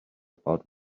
about